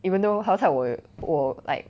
even though 好踩我有我 like